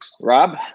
Rob